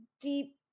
deep